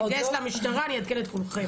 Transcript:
כאשר אני אתגייס למשטרה אעדכן את כולכם,